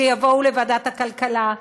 שיבואו לוועדת הכלכלה,